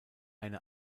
eine